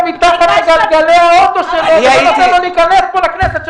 מתחת לגלגלי האוטו שלו, ולא נותן לו להיכנס לכנסת.